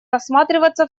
рассматриваться